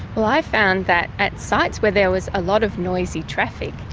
but i found that at sites where there was a lot of noisy traffic,